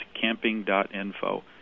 camping.info